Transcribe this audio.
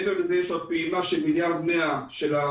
מעבר לזה, יש עוד פעימה של 1.1 מיליארד שקל